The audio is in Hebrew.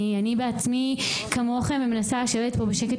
אני בעצמי כמוכם ומנסה לשבת פה בשקט,